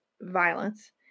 violence